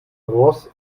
ross